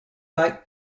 back